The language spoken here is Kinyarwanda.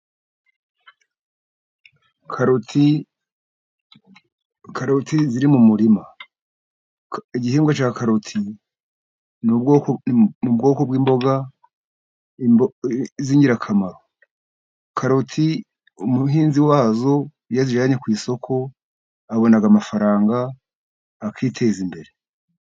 Karoti ziri mu murima. Igihingwa cya karoti ni mu bwoko bw'imboga z'ingirakamaro. Karoti umuhinzi wazo iyo azijyanye ku isoko abona amafaranga akiteza imbere.